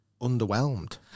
underwhelmed